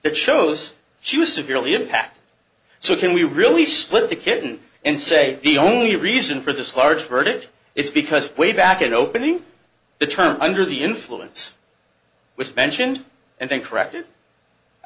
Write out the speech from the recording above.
that shows she was severely impact so can we really split the kitten and say the only reason for this large verdict is because way back in opening the term under the influence which mentioned and then corrected i